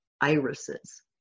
irises